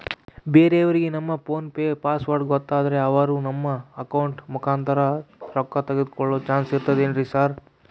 ಬೇರೆಯವರಿಗೆ ನಮ್ಮ PhonePe password ಗೊತ್ತಾದ್ರೆ ಅವರು ನಮ್ಮ ಅಕೌಂಟ್ ಮುಖಾಂತರ ರೊಕ್ಕ ತಕ್ಕೊಳ್ಳೋ ಚಾನ್ಸ್ ಇರ್ತದೆನ್ರಿ ಸರ್?